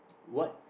what